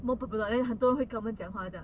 莫不知 then 很多人会跟他们讲话这样